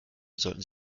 sollten